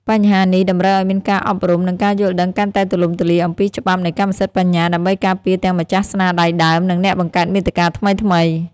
បញ្ហានេះតម្រូវឲ្យមានការអប់រំ និងការយល់ដឹងកាន់តែទូលំទូលាយអំពីច្បាប់នៃកម្មសិទ្ធិបញ្ញា ដើម្បីការពារទាំងម្ចាស់ស្នាដៃដើម និងអ្នកបង្កើតមាតិកាថ្មីៗ។